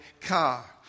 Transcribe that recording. car